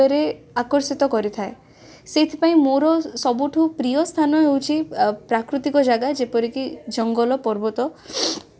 ଶିକ୍ଷାଗ୍ରହଣ କଲେ ତାଙ୍କ ଗୁରୁ କିଏ ଓ ସିଏ କେତେ ବୟସରେ ବିବାହ କରିଥିଲେ